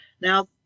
Now